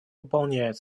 выполняет